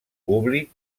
publi